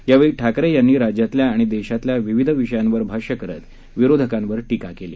यावेळी ठाकरे यांनी राज्यातल्या आणि देशातल्या विविध विषयांवर भाष्य करत विरोधकांवर टीका केली